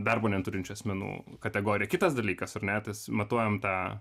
darbo neturinčių asmenų kategoriją kitas dalykas ar ne tas matuojam tą